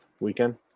weekend